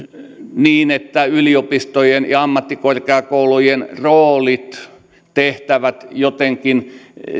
että yliopistojen ja ammattikorkeakoulujen roolit ja tehtävät jotenkin